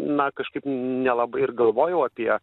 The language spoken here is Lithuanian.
na kažkaip nelabai ir galvojau apie